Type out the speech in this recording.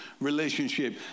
relationship